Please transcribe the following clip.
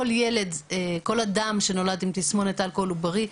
כל אדם שנולד עם תסמונת אלכוהול עוברי,